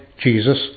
Jesus